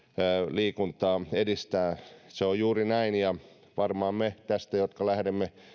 liikuntaa edistää se on juuri näin ja varmaan me tästä jotka lähdemme